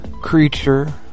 creature